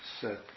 set